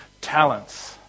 Talents